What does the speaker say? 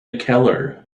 keller